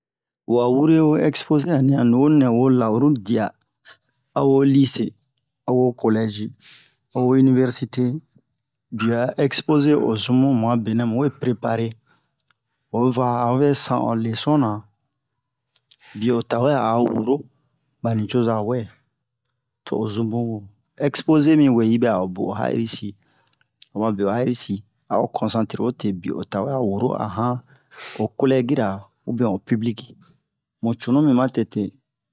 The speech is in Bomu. Wa wure wee ɛksepoze diya anniyan nuwonu nɛ wo la'uru diya a wo lise a wo ho kolɛzi a wo inivɛrsite biyo ɛksepoze o zun mu mu a benɛ mu wee prepare o va a o vɛ san o lesonna biyo a tawe a a woro ɓa nucozo wɛ to o zun bun ɛksepoze mi wee hi yi ɓɛ'a o bo o harisi oma be o ha'iri a o konsantre o te biye o tawe a woro a han o kolɛgi-ra ubiyɛn o pibliki mu cunu mi matete